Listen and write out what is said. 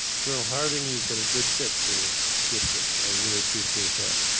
colonel harting you've been a good fit for the district. i really appreciate that.